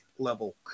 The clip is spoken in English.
Level